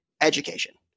Education